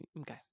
okay